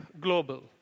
global